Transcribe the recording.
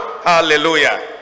Hallelujah